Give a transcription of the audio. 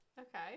Okay